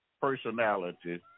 personality